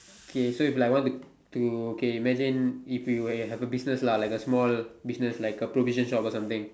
okay so it's like want to to okay imagine if you eh have a business lah like a small business like a provision shop or something